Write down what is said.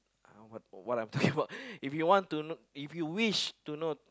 I don't what what I'm talking about if you want to know if you wish to know